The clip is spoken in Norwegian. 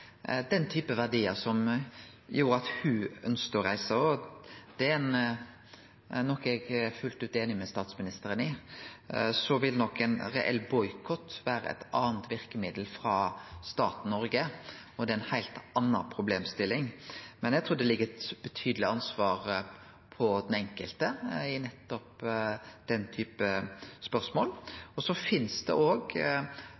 den type verdiar som gjorde at ho ønskte å reise med dei. Det er noko eg er fullt ut einig med statsministeren i. Ein reell boikott vil nok vere eit anna verkemiddel frå staten Noreg, og det er ei heilt anna problemstilling, men eg trur det ligg eit betydeleg ansvar på den enkelte i nettopp den type